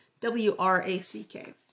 W-R-A-C-K